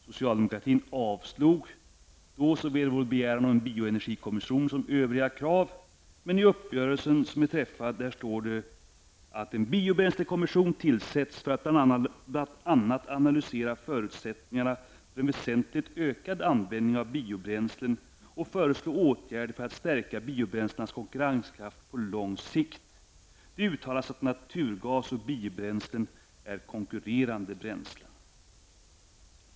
Socialdemokratin avslog då såväl vår begäran om en bioenergikommission som övriga krav, men i den uppgörelse som har träffats står det att en biobränslekommission skall tillsättas bl.a. för att analysera förutsättningarna för en väsentligt ökad användning av biobränslen och föreslå åtgärder för att stärka biobränslenas konkurrenskraft på lång sikt. Det uttalas att naturgas och biobränslen är konkurrerande bränslen.